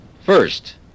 first